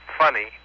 funny